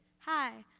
hi,